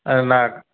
அது நான்